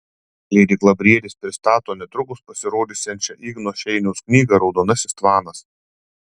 leidykla briedis pristato netrukus pasirodysiančią igno šeiniaus knygą raudonasis tvanas